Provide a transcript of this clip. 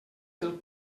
del